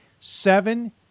seven